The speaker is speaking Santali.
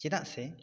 ᱪᱮᱫᱟᱜ ᱥᱮ